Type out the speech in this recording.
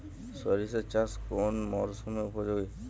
সরিষা চাষ কোন মরশুমে উপযোগী?